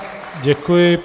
Já děkuji.